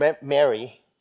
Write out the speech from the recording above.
Mary